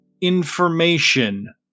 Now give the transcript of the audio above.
information